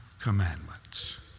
commandments